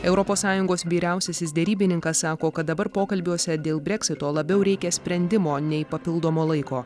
europos sąjungos vyriausiasis derybininkas sako kad dabar pokalbiuose dėl breksito labiau reikia sprendimo nei papildomo laiko